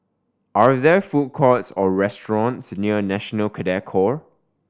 are there food courts or restaurants near National Cadet Corp